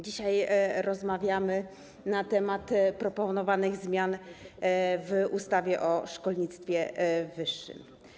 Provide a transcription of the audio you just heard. Dzisiaj rozmawiamy na temat proponowanych zmian w ustawie o szkolnictwie wyższym.